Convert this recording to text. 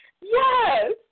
Yes